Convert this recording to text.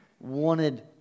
wanted